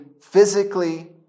physically